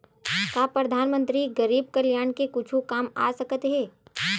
का परधानमंतरी गरीब कल्याण के कुछु काम आ सकत हे